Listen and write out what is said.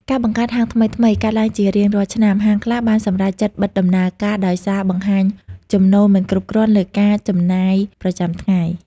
ការបង្កើតហាងថ្មីៗកើនឡើងជារៀងរាល់ឆ្នាំ ហាងខ្លះបានសម្រេចចិត្តបិទដំណើរការដោយសារបង្ហាញចំណូលមិនគ្រប់គ្រាន់លើការចំណាយប្រចាំថ្ងៃ។